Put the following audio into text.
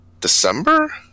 December